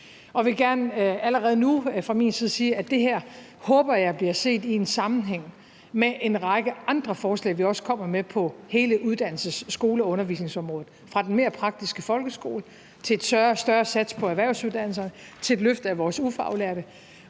og jeg vil gerne allerede nu fra min side sige, at jeg håber, at det her bliver set i en sammenhæng med en række andre forslag, vi også kommer med på hele uddannelses-, skole- og undervisningsområdet, fra den mere praktiske folkeskole til et større sats på erhvervsuddannelserne og et løft af vores ufaglærte